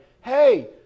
hey